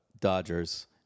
Dodgers